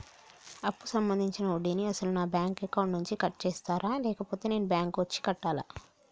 అప్పు సంబంధించిన వడ్డీని అసలు నా బ్యాంక్ అకౌంట్ నుంచి కట్ చేస్తారా లేకపోతే నేను బ్యాంకు వచ్చి కట్టాలా?